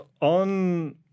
on